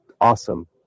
awesome